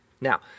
Now